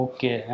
Okay